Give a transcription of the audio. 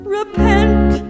repent